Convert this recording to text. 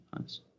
nice